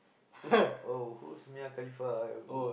who's oh who's Mia-Khalifa I